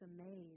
amazed